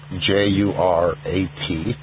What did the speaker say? J-U-R-A-T